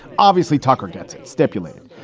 obviously, tucker gets it stipulated,